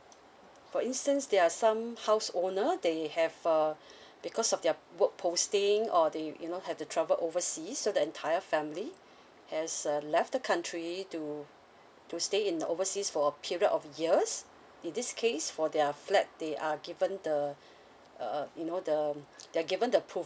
for instance there are some house owner they have uh because of their work posting or they you know have to travel overseas so the entire family has uh left the country to to stay in the overseas for a period of years in this case for their flat they are given the uh you know the they are given the approval